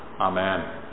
Amen